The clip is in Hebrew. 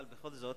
אבל בכל זאת,